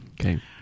Okay